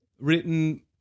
written